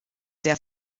der